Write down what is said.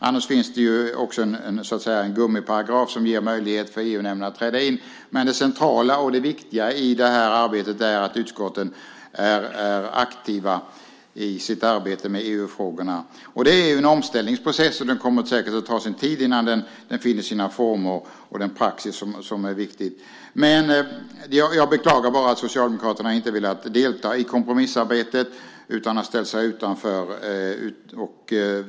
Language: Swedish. Annars finns det, så att säga, en gummiparagraf som ger möjlighet för EU-nämnden att träda in, men det centrala och viktiga är att utskotten är aktiva i sitt arbete med EU-frågorna. Det är en omställningsprocess, och det kommer säkert att ta tid innan det finner sin form och den praxis som är viktig. Jag beklagar bara att Socialdemokraterna inte velat delta i kompromissarbetet, utan att de har ställt sig utanför.